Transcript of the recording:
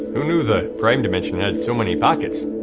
who know the prime dimension had so many pockets?